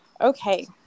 Okay